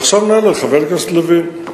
עכשיו אענה לחבר הכנסת לוין.